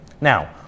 Now